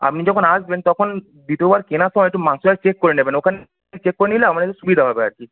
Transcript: আবনি তখন আসবেন তখন দ্বিতীয়বার কেনার সময় একটু মাংসটা চেক করে নেবেন ওখানে চেক করে নিলে আমাদের সুবিধা হবে আর কি